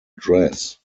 dress